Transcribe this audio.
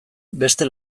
beste